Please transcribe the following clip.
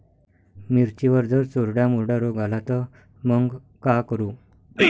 मिर्चीवर जर चुर्डा मुर्डा रोग आला त मंग का करू?